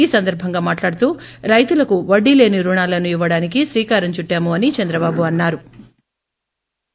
ఈ సందర్బం గా మాట్లాడుతూ రైతులకు వడ్డీ లేని బుుణాలను ఇవ్వడానికి శ్రీకారం చుట్టాము అని చంద్రబాబు అన్నారు